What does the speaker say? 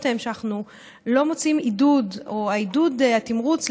אדוני היושב-ראש,